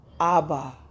Abba